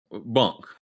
Bunk